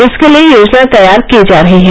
इसके लिये योजना तैयार की जा रही है